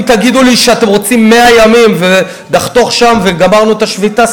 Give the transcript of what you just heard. אם תגידו לי שאתם רוצים 100 ימים ונחתוך שם וגמרנו את השביתה,